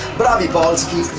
bravi polsky,